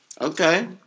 okay